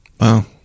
Wow